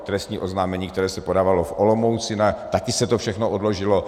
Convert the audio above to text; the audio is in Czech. Trestní oznámení, které se podávalo v Olomouci, taky se to všechno odložilo.